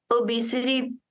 obesity